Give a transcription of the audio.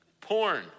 Porn